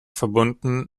verbunden